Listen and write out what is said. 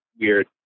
weird